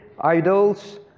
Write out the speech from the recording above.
idols